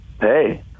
Hey